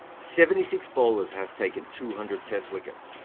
seventy six bowlers have taken two hundred test wickets.